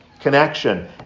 Connection